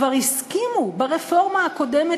כבר הסכימו ברפורמה הקודמת,